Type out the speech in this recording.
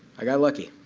i got lucky.